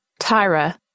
Tyra